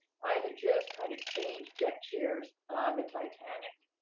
i had just kind of changed deck chairs on the titanic.